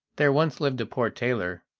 there once lived a poor tailor,